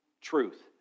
truth